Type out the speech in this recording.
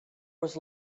was